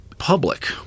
public